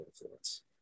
influence